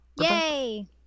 Yay